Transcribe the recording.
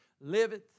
liveth